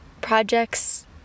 projects